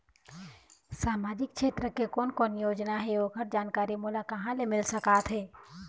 सामाजिक क्षेत्र के कोन कोन योजना हे ओकर जानकारी मोला कहा ले मिल सका थे?